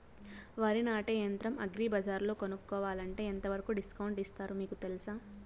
వరి నాటే యంత్రం అగ్రి బజార్లో కొనుక్కోవాలంటే ఎంతవరకు డిస్కౌంట్ ఇస్తారు మీకు తెలుసా?